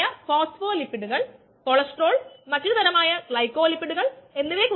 time 0 ഇൽ ഇത് 5 പോയിന്റുകൾ നൽകുന്നു ഇത് 20 മില്ലിമോളാർ ആണ് ടൈം 10ഇൽ ഇത് 17